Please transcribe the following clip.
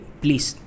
please